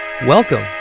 Welcome